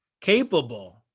capable